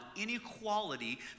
inequality